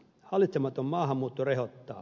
hallitsematon maahanmuutto rehottaa